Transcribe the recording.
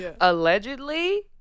Allegedly